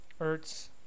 Ertz